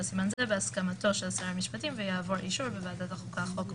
סימן זה בהסכמתו של שר המשפטים ויעבור אישור בוועדת החוקה חוק ומשפט".